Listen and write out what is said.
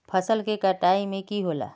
फसल के कटाई में की होला?